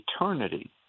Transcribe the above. eternity